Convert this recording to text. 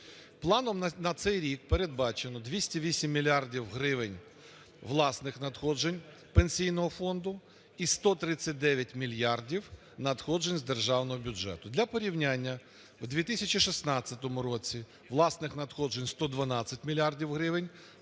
Планом на цей рік передбачено 208 мільярдів гривень власних надходжень Пенсійного фонду і 139 мільярдів надходжень з державного бюджету. Для порівняння: в 2016 році власних надходжень – 112 мільярдів,